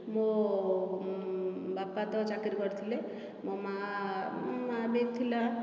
ମୋ ବାପା ତ ଚାକିରୀ କରୁଥିଲେ ମୋ ମାଆ ମା ଭି ଥିଲା